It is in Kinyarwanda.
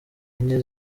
enye